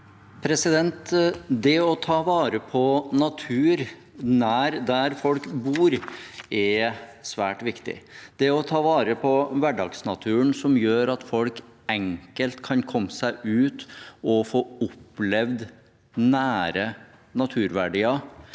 Det å ta vare på natur nær der folk bor, er svært viktig. Det å ta vare på hverdagsnaturen som gjør at folk enkelt kan komme seg ut og få oppleve nære naturverdier,